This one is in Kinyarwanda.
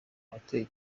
abatuye